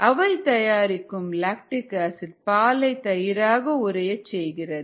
அவை தயாரிக்கும் lactic acid பாலை தயிராக உறையச் செய்கிறது